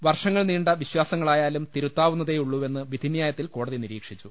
വർഷങ്ങൾ നീണ്ട വിശ്വാസങ്ങളായാലും തിരുത്താവുന്ന തേയുള്ളൂവെന്ന് വിധിന്യായത്തിൽ കോടതി നിരീക്ഷിച്ചു